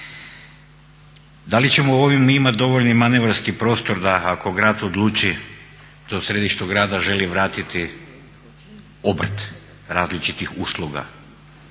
Da li ćemo ovim mi imati dovoljni manevarski prostor da ako grad odluči da središtu grada želi vratiti obrt različitih usluga